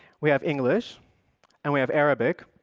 we have english and we have arabic.